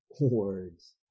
words